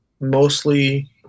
mostly